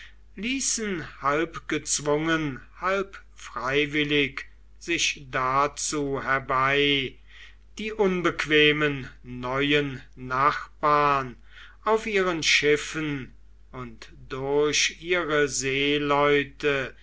ließen halb gezwungen halb freiwillig sich dazu herbei die unbequemen neuen nachbarn auf ihren schiffen und durch ihre seeleute